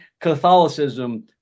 Catholicism